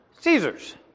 Caesar's